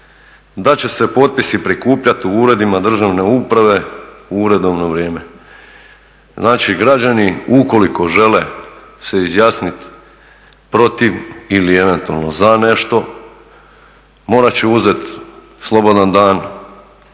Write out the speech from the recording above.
da će se potpisi prikupljati u uredima državne uprave u uredovno vrijeme. Znači građani ukoliko žele se izjasniti protiv ili eventualno za nešto morati će uzeti slobodan dan,